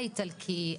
האיטלקי,